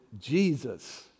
Jesus